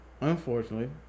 unfortunately